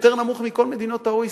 יותר נמוך מכל מדינות הOECD-.